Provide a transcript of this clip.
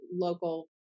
local